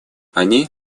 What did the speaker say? они